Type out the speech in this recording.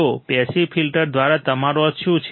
તો passive filters દ્વારા તમારો અર્થ શું છે